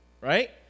right